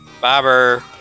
Bobber